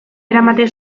eramaten